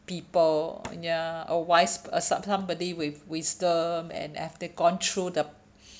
people ya a wise per~ some somebody with wisdom and have gone through the